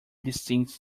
distinct